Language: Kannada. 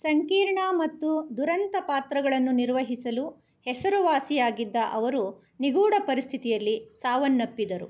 ಸಂಕೀರ್ಣ ಮತ್ತು ದುರಂತ ಪಾತ್ರಗಳನ್ನು ನಿರ್ವಹಿಸಲು ಹೆಸರು ವಾಸಿಯಾಗಿದ್ದ ಅವರು ನಿಗೂಢ ಪರಿಸ್ಥಿತಿಯಲ್ಲಿ ಸಾವನ್ನಪ್ಪಿದರು